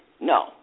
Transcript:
No